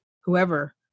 Whoever